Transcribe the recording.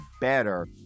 better